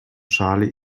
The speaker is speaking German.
charlie